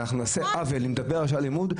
אבל נעשה עוול אם נדבר עכשיו על אלימות,